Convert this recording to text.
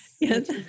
Yes